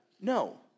No